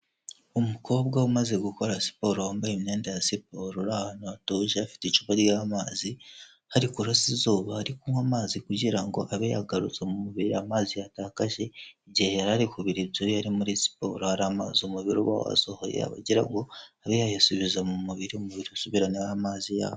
Umukobwa umaze gukora siporo wambaye imyenda ya siporo uri ahantu hatuje afite icupa ry'amazi, hari kurasa izuba, ari kunywa amazi kugira ngo abe yagaruza mu mubiri amazi yatakaje igihe yari ari kubira ibyuya yari muri siporo; hari ama umubiri uba wasohoye akaba agira ngo abe yayasubiza mu mubiri, umubiri usubirane ya mazi yawo.